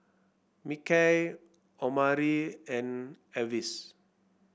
Mickey Omari and Avis